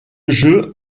jeu